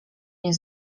nie